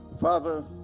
Father